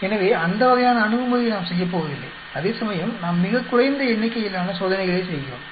எனவே அந்த வகையான அணுகுமுறையை நாம் செய்யப்போவதில்லை அதேசமயம் நாம் மிகக் குறைந்த எண்ணிக்கையிலான சோதனைகளை செய்கிறோம்